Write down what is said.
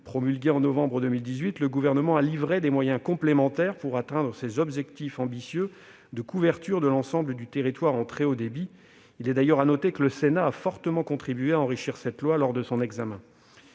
et du numérique, le Gouvernement a donné des moyens complémentaires pour atteindre ces objectifs ambitieux de couverture de l'ensemble du territoire en très haut débit. Il est d'ailleurs à noter que le Sénat a fortement contribué à enrichir le texte lors de son examen.